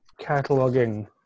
cataloging